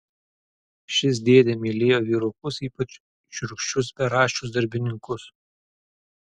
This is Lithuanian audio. šis dėdė mylėjo vyrukus ypač šiurkščius beraščius darbininkus